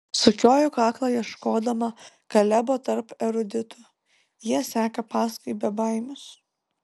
sukioju kaklą ieškodama kalebo tarp eruditų jie seka paskui bebaimius